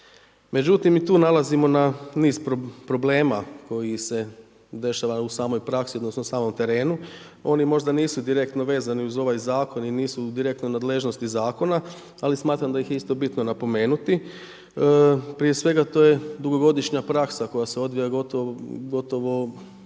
Međutim i tu nailazimo na niz problema koji se dešava u samoj praksi, odnosno samom terenu, oni možda nisu direktno vezani uz ovaj zakon i nisu u direktnoj nadležnosti zakona, ali smatram da ih je isto bitno napomenuti, prije svega to je dugogodišnja praksa koja se odvija gotovo vrlo